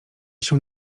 się